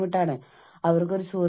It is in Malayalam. പെരുമാറ്റ ലക്ഷണങ്ങൾ എന്നത് നോക്കാം